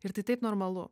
ir tai taip normalu